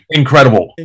incredible